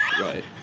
right